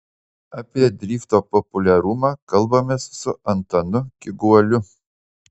apie drifto populiarumą kalbamės su antanu kyguoliu